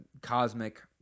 cosmic